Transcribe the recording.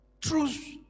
truth